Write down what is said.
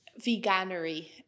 veganery